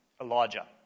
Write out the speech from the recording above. Elijah